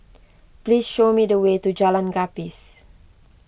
please show me the way to Jalan Gapis